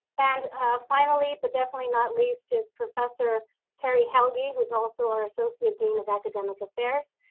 and finally but definitely not least is professor terri helge, who is also our associate dean of academic affairs.